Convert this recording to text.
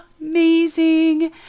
amazing